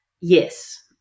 Yes